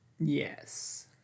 Yes